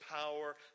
power